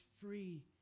free